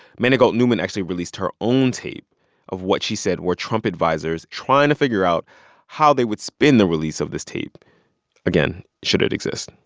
manigault newman actually released her own tape of what she said were trump advisers trying to figure out how they would spin the release of this tape again, should it exist.